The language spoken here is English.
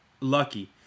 lucky